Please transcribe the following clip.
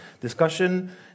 discussion